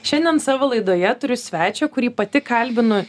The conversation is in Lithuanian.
šiandien savo laidoje turiu svečią kurį pati kalbinu